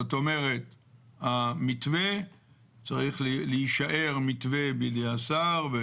זאת אומרת, המתווה צריך להישאר מתווה בידי השר.